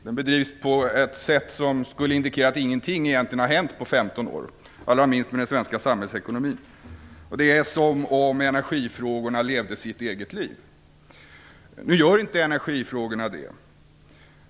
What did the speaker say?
Den bedrivs på ett sätt som skulle indikera att ingenting egentligen har hänt på 15 år - allra minst med den svenska samhällsekonomin. Det är som om energifrågorna levde sitt eget liv. Nu gör inte energifrågorna det.